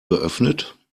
geöffnet